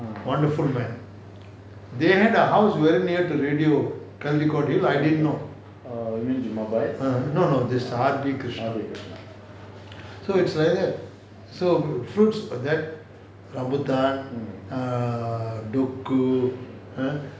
wonderful man they had a house very near to radio caldecott hill I didn't know no no this R B krishna so excited so fruits like rambutan err duku